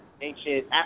ancient